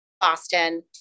Boston